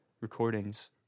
recordings